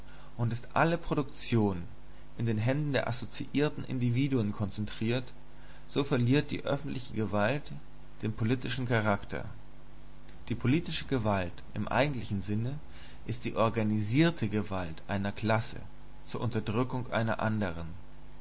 und ist alle produktion in den händen der assoziierten individuen konzentriert so verliert die öffentliche gewalt den politischen charakter die politische gewalt im eigentlichen sinne ist die organisierte gewalt einer klasse zur unterdrückung einer andern